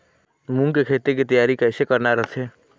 मूंग के खेती के तियारी कइसे करना रथे?